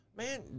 Man